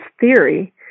theory